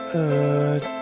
Good